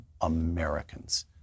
americans